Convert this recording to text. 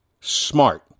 smart